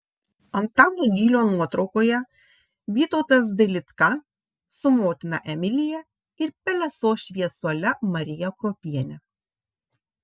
antano gylio nuotraukoje vytautas dailidka su motina emilija ir pelesos šviesuole marija kruopiene